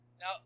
Now